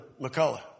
McCullough